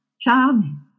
Charming